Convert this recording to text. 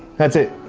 that's it,